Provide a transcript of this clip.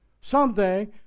Someday